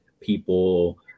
people